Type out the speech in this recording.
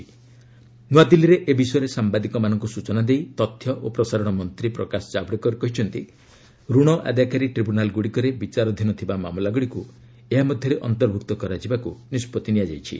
ନ୍ନଆଦିଲ୍ଲୀରେ ଏ ବିଷୟରେ ସାମ୍ଭାଦିକମାନଙ୍କୁ ସୂଚନା ଦେଇ ତଥ୍ୟ ଓ ପ୍ରସାରଣ ମନ୍ତ୍ରୀ ପ୍ରକାଶ କାବଡେକର କହିଛନ୍ତି ରଣ ଆଦାୟକାରୀ ଟ୍ରିବ୍ୟୁନାଲ୍ଗୁଡ଼ିକରେ ବିଚାରାଧୀନ ଥିବା ମାମଲାଗୁଡ଼ିକୁ ଏହା ମଧ୍ୟରେ ଅନ୍ତର୍ଭୁକ୍ତ କରାଯିବାକୁ ନିଷ୍ପଭି ନିଆଯାଇଛି